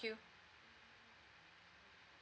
you